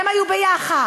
כאילו זו לא כנסת.